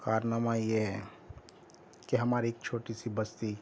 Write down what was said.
کارنامہ یہ ہے کہ ہماری ایک چھوٹی سی بستی